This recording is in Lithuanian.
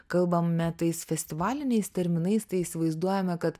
kalbame tais festivaliniais terminais tai įsivaizduojame kad